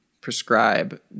prescribe